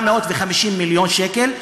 750 מיליון שקל.